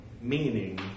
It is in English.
meaning